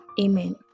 Amen